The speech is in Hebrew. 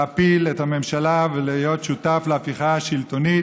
להפיל את הממשלה ולהיות שותף להפיכה השלטונית,